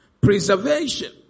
preservation